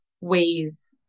ways